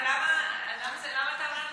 אז למה אתה עונה,